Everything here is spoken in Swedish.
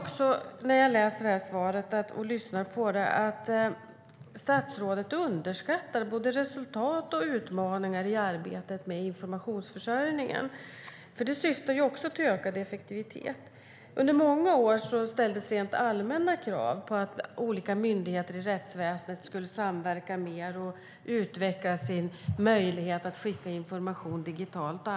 När jag lyssnar på svaret tycker jag att statsrådet underskattar både resultat och utmaningar i arbetet med informationsförsörjningen. Det syftar nämligen också till ökad effektivitet. Under många år ställdes rent allmänna krav på att olika myndigheter i rättsväsendet skulle samverka mer och utveckla sina möjligheter att bland annat skicka information digitalt.